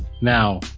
Now